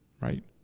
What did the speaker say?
right